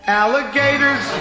alligators